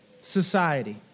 society